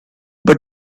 but